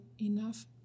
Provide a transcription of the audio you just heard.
enough